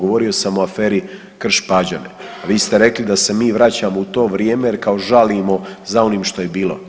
Govorio sam o aferi Krš Pađene, a vi ste rekli da se mi vraćamo u to vrijeme jer kao žalimo za onim što je bilo.